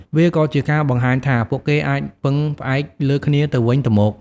វាក៏ជាការបង្ហាញថា ពួកគេអាចពឹងផ្អែកលើគ្នាទៅវិញទៅមក។